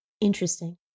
Interesting